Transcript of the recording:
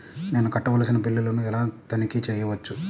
నేను కట్టవలసిన బిల్లులను ఎలా తనిఖీ చెయ్యవచ్చు?